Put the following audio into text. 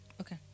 Okay